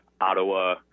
Ottawa